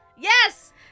Yes